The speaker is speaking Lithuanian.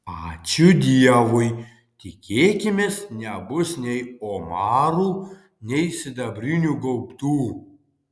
ačiū dievui tikėkimės nebus nei omarų nei sidabrinių gaubtų